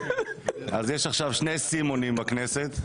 יש עכשיו שני סימונים בכנסת.